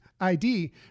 ID